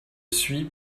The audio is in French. suis